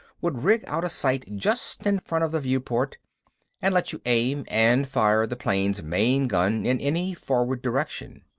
would rig out a sight just in front of the viewport and let you aim and fire the plane's main gun in any forward direction.